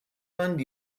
land